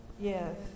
yes